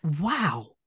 wow